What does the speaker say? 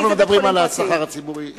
אנחנו מדברים על השכר הציבורי.